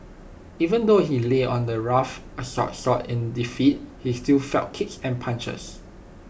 even though he lay on the rough asphalt salt in defeat he still felt kicks and punches